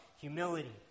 humility